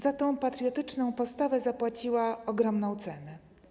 Za tę patriotyczną postawę zapłaciła ogromną cenę.